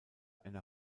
einer